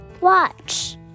watch